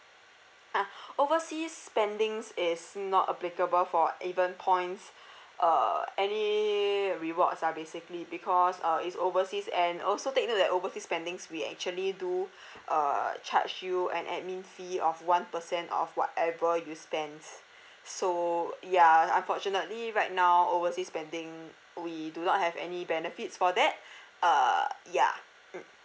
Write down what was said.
ah overseas spendings is not applicable for even points uh any rewards ah basically because uh is overseas and also take note that overseas spendings we actually do uh charge you an admin fee of one percent of whatever you spent so ya unfortunately right now overseas spending we do not have any benefits for that uh yeah mm